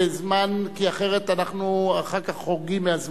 כי אחר כך אנחנו חורגים מהזמן.